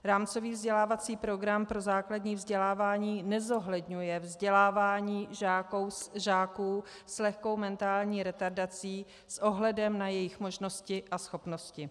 Rámcový vzdělávací program pro základní vzdělávání nezohledňuje vzdělávání žáků s lehkou mentální retardací s ohledem na jejich možnosti a schopnosti.